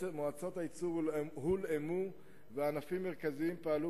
מועצות הייצור הולאמו וענפים מרכזיים פעלו